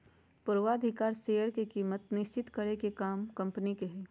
पूर्वधिकारी शेयर के कीमत निश्चित करे के काम कम्पनी के हय